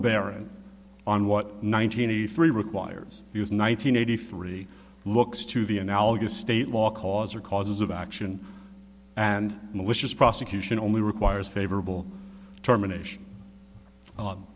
bearing on what nine hundred eighty three requires was nine hundred eighty three looks to the analogous state law cause or causes of action and malicious prosecution only requires favorable termination